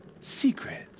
secret